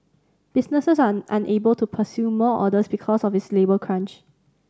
businesses are unable to pursue more orders because of this labour crunch